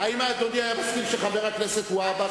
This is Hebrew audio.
האם אדוני היה מסכים שחבר הכנסת והבה,